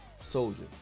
soldier